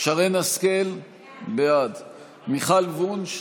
שרן מרים השכל, בעד מיכל וונש,